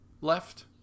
Left